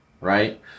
right